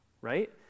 right